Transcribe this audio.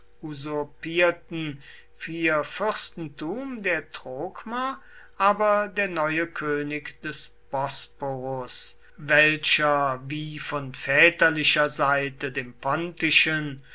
usurpierten vierfürstentum der trokmer aber der neue könig des bosporus welcher wie von väterlicher seite dem